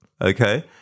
Okay